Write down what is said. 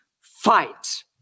fight